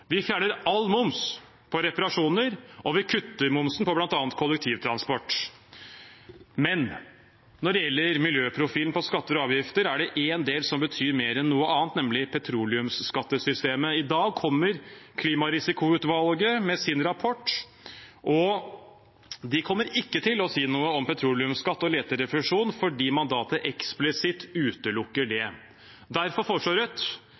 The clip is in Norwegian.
Vi fjerner all moms på reparasjoner, og vi kutter momsen på bl.a. kollektivtransport. Men når det gjelder miljøprofilen på skatter og avgifter, er det én del som betyr mer enn noe annet, nemlig petroleumsskattesystemet. I dag kommer Klimarisikoutvalget med sin rapport, og de kommer ikke til å si noe om petroleumsskatt og leterefusjon fordi mandatet eksplisitt utelukker det. Derfor foreslår Rødt